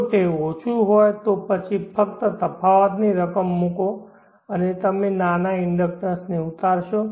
જો તે ઓછું હોય તો પછી ફક્ત તફાવતની રકમ મૂકો અને તમે નાના ઇન્ડક્ટન્સ ને ઉતારશો